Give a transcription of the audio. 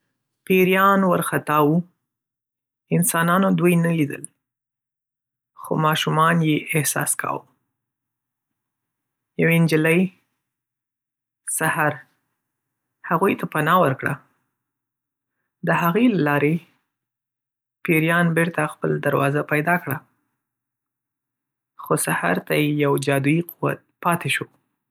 پېریان وارخطا وو. انسانانو دوی نه لیدل، خو ماشومان یې احساس کاوه. یوه نجلۍ، سحر، هغوی ته پناه ورکړه. د هغې له لارې، پېریان بېرته خپل دروازه پیدا کړه. خو سحر ته یو جادويي قوت پاتې شو.